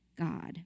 God